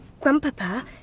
Grandpapa